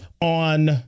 on